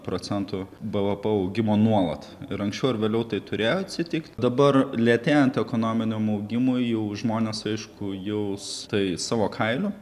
procentų bvp augimo nuolat ir anksčiau ar vėliau tai turėjo atsitikt dabar lėtėjant ekonominiam augimui jau žmonės aišku jaus tai savo kailiu